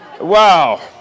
Wow